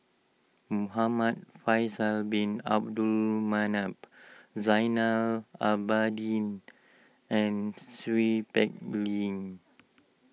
Muhamad Faisal Bin Abdul Manap Zainal Abidin and Seow Peck Leng